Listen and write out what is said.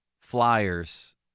Flyers